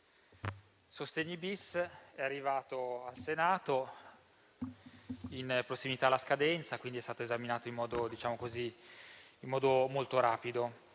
sostegni *bis* è arrivato in Senato nella prossimità della scadenza e quindi è stato esaminato in modo molto rapido: